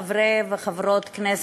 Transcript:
חברי וחברות כנסת,